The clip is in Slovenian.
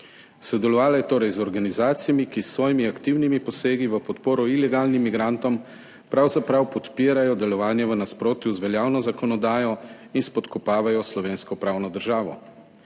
Sodelovala je torej z organizacijami, ki s svojimi aktivnimi posegi v podporo ilegalnim migrantom pravzaprav podpirajo delovanje v nasprotju z veljavno zakonodajo in spodkopavajo slovensko pravno državo.